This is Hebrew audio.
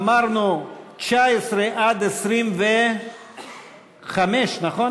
אמרנו, 19 25, כולל.